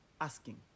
asking